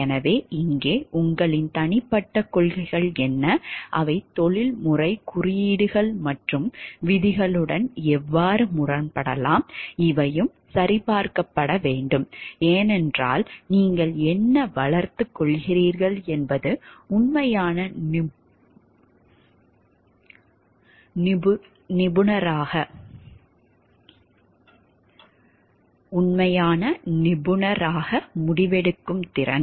எனவே இங்கே உங்களின் தனிப்பட்ட கொள்கைகள் என்ன அவை தொழில்முறை குறியீடுகள் மற்றும் விதிகளுடன் எவ்வாறு முரண்படலாம் இவையும் சரிபார்க்கப்பட வேண்டும் ஏனென்றால் நீங்கள் என்ன வளர்த்துக் கொள்கிறீர்கள் என்பது உண்மையான நிபுணராக முடிவெடுக்கும் திறன்